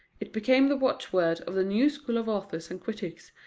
it became the watchword of the new school of authors and critics,